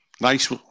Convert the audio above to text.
Nice